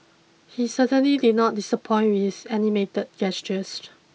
he certainly did not disappoint with animated gestures